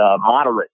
moderate